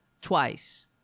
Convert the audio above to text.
Twice